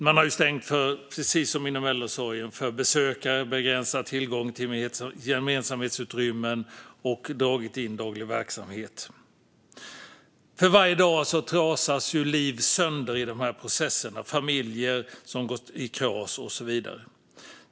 Precis som inom äldreomsorgen har man stängt för besökare, begränsat tillgången till gemensamhetsutrymmen och dragit in daglig verksamhet. Varje dag trasas liv sönder i dessa processer, familjer går i kras och så vidare.